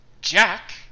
Jack